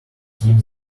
keep